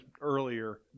earlier